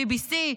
BBC,